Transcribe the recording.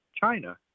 China